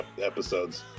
episodes